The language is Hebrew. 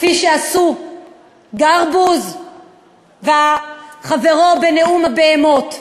כפי שעשו גרבוז וחברו בנאום הבהמות.